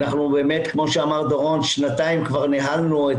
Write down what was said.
כמו שאמר דורון אנחנו כבר שנתיים ניהלנו את